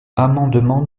amendement